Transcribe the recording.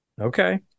Okay